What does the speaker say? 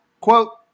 quote